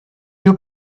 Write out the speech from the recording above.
you